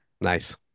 Nice